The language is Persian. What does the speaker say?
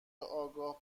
آگاه